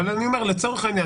אבל אני אומר לצורך העניין,